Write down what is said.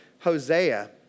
Hosea